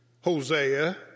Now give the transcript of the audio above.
Hosea